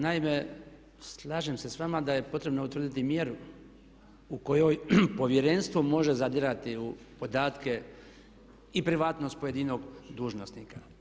Naime, slažem se s vama da je potrebno utvrditi mjeru u kojoj povjerenstvo može zadirati u podatke i privatnost pojedinog dužnosnika.